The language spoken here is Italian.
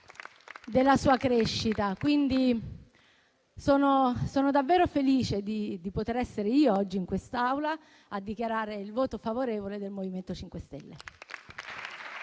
della sua crescita. Sono quindi davvero felice di poter essere io oggi in quest'Aula a dichiarare il voto favorevole del MoVimento 5 Stelle.